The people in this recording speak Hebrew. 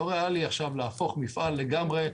לא ריאלי להפוך מפעל לגמרי,